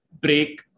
break